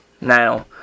now